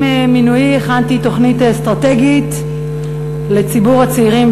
עם מינויי הכנתי תוכנית אסטרטגית לציבור הצעירים